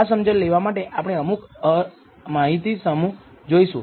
આ સમજણ લેવા માટે આપણે અમુક માહિતી સમૂહ જોઈશું